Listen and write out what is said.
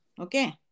Okay